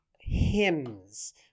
hymns